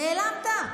נעלמת.